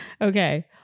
Okay